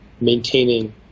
maintaining